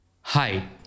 Hi